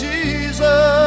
Jesus